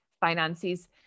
finances